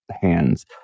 hands